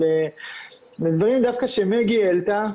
לדברים דווקא שמגי העלתה,